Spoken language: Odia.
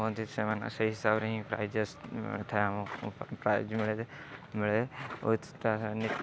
ହୁଅନ୍ତି ସେମାନେ ସେଇ ହିସାବରେ ହିଁ ପ୍ରାଇଜ୍ ଆସିଥାଏ ଆମ ପ୍ରାଇଜ୍ ମିଳିଥାଏ ମିଳେ ଉଇଥ୍ ତା